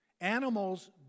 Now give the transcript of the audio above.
Animals